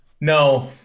No